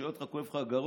שואל אותך: כואב לך הגרון?